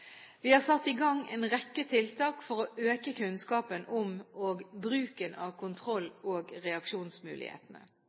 Vi har satt i gang en rekke tiltak for å øke kunnskapen om og bruken av kontroll-